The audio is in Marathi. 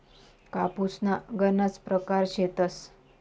कापूसना गनज परकार शेतस